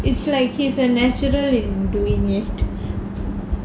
it's like he's a natural in doing it